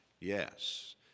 Yes